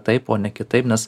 taip o ne kitaip nes